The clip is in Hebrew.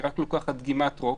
היא רק לוקחת דגימת רוק,